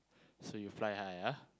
so you fly high ah